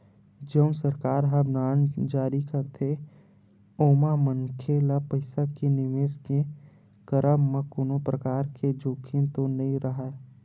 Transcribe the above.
जउन सरकार ह बांड जारी करथे ओमा मनखे ल पइसा के निवेस के करब म कोनो परकार के जोखिम तो नइ राहय